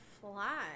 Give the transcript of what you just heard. fly